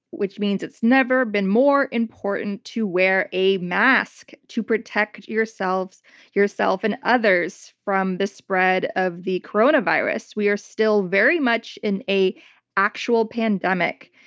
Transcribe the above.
which means it's never been more important to wear a mask to protect yourself yourself and others from the spread of the coronavirus. we are still very much in an actual pandemic,